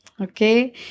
Okay